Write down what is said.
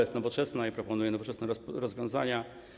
Jest nowoczesna i proponuje nowoczesne rozwiązania.